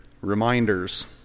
Reminders